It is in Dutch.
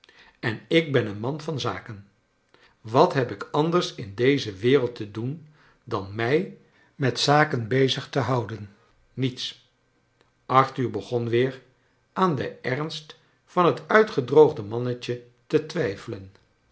en ik ben een man van zaken wat heb ik anders in deze wereld te doen dan mij met zaken bezig te houden niets arthur begon weer aan den ernst van het uitgedroogde mannetje te twijfelen